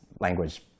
language